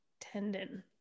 tendon